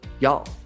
y'all